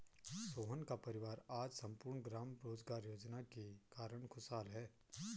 सोहन का परिवार आज सम्पूर्ण ग्राम रोजगार योजना के कारण खुशहाल है